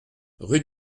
rue